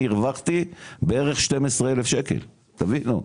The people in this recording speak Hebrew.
אני הרווחתי בערך 12 אלף שקל בחודש.